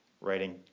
writing